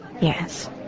Yes